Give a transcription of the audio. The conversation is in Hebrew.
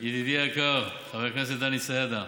ידידי היקר, חבר הכנסת דני סידה,